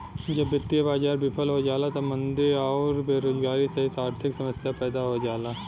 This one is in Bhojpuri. जब वित्तीय बाजार विफल हो जाला तब मंदी आउर बेरोजगारी सहित आर्थिक समस्या पैदा हो जाला